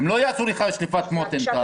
הם לא יעשו בשליפת מותן.